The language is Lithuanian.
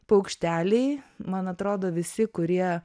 paukšteliai man atrodo visi kurie